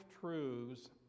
truths